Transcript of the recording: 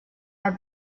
der